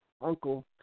uncle